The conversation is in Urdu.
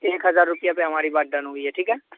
ایک ہزار روپیہ پہ ہماری بات ڈن ہوئی ہے ٹھیک ہے